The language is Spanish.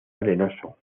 arenoso